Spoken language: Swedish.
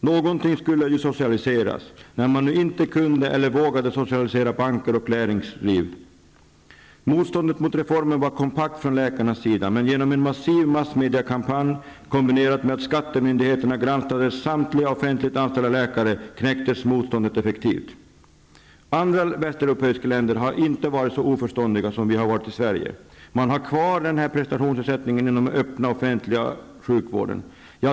Någonting skulle ju socialiseras, när man nu inte kunde eller vågade socialisera banker och näringsliv. Motståndet mot reformen var kompakt från läkarnas sida. Men genom en massiv massmediakampanj kombinerad med att skattemyndigheterna granskade samtliga offentligt anställda läkare knäcktes motståndet effektivt. Andra västeuropeiska länder har inte varit så oförståndiga som vi har varit i Sverige. De har kvar prestationsersättning inom den öppna offentliga sjukvården.